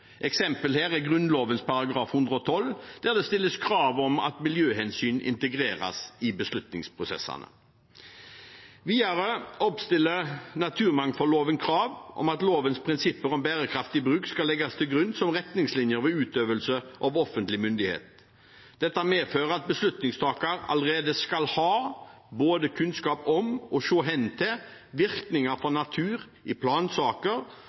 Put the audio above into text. Eksempel her er Grunnloven § 112, der det stilles krav om at miljøhensyn integreres i beslutningsprosessene. Videre oppstiller naturmangfoldloven krav om at lovens prinsipper om bærekraftig bruk skal legges til grunn som retningslinjer ved utøvelse av offentlig myndighet. Dette medfører at beslutningstaker allerede skal ha både kunnskap om og se hen til virkninger for natur i plansaker